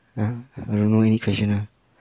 !huh! I don't know any question lah